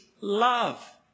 love